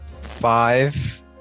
five